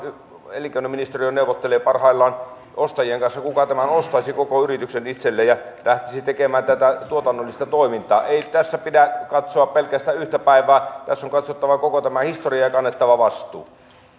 elinkeinoministeriö neuvottelee ostajien kanssa siitä kuka ostaisi tämän koko yrityksen itselleen ja lähtisi tekemään tätä tuotannollista toimintaa ei tässä pidä katsoa pelkästään yhtä päivää tässä on katsottava koko tämä historia ja kannettava vastuu